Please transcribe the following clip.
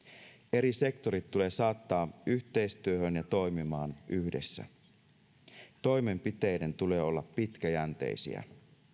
eri sektorit tulee saattaa yhteistyöhön ja toimimaan yhdessä toimenpiteiden tulee olla pitkäjänteisiä